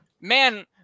Man